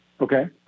Okay